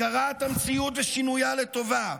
הכרת המציאות ושינויה לטובה,